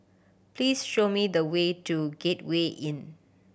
please show me the way to Gateway Inn